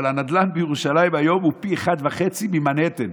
אבל הנדל"ן בירושלים היום הוא פי אחת וחצי ממנהטן,